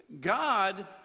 God